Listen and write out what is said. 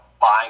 buying